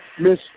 Miss